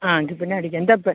ആ എങ്കിൽ പിന്നടിക്കാം ന്താപ്പെ